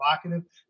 provocative